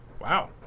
Wow